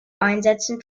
einsätzen